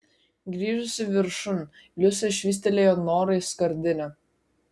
grįžusi viršun liusė švystelėjo norai skardinę